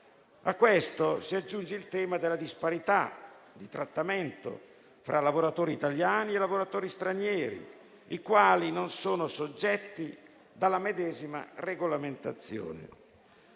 A questo si aggiunge il tema della disparità di trattamento tra lavoratori italiani e lavoratori stranieri, i quali non sono soggetti alla medesima regolamentazione.